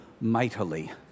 mightily